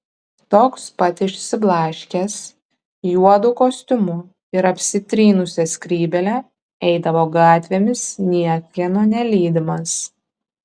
toks pat išsiblaškęs juodu kostiumu ir apsitrynusia skrybėle eidavo gatvėmis niekieno nelydimas